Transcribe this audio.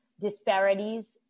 disparities